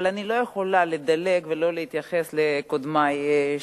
אבל אני לא יכולה לדלג ולא להתייחס לקודמי שדיברו.